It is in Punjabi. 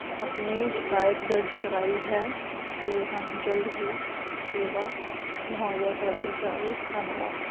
ਆਪਣੀ ਸ਼ਿਕਾਇਤ ਦਰਜ ਕਰਵਾਈ ਹੈ ਅਤੇ ਸਾਨੂੰ ਜਲਦ ਹੀ ਸੇਵਾ ਮੁਹੱਈਆ ਕਰਵਾਈ ਜਾਵੇ ਧੰਨਵਾਦ